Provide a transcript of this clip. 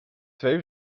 twee